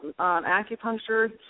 acupuncture